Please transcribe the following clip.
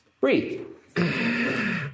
Breathe